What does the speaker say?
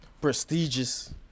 prestigious